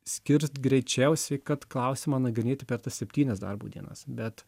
skirs greičiausiai kad klausimą nagrinėti per tas septynias darbo dienas bet